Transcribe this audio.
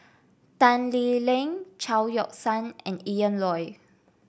Tan Lee Leng Chao Yoke San and Ian Loy